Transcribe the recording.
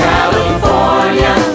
California